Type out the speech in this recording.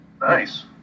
Nice